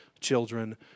children